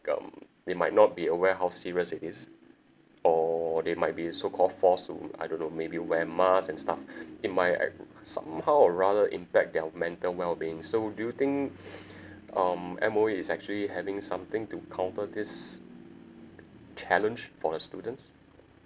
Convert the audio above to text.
um they might not be aware how serious it is or they might be so called force to I don't know maybe wear mask and stuff it might had somehow or rather impact their mental wellbeing so do you think um M_O_E is actually having something to counter this challenge for the students